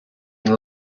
been